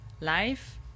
life